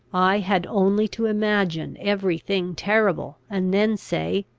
i had only to imagine every thing terrible, and then say,